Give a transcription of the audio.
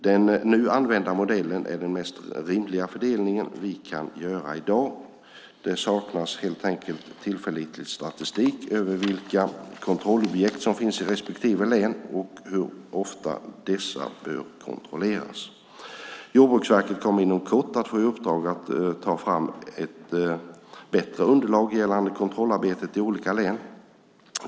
Den nu använda modellen är den mest rimliga fördelning vi kan göra i dag; det saknas helt enkelt tillförlitlig statistik över vilka kontrollobjekt som finns i respektive län och hur ofta dessa bör kontrolleras. Jordbruksverket kommer inom kort att få i uppdrag att ta fram ett bättre underlag gällande kontrollarbetet i olika län.